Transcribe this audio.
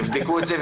תבדקו את זה.